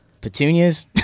petunias